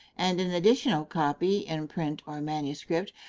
and an additional copy, in print or manuscript,